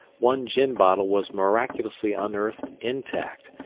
one gin bottle was miraculously unearthed intact,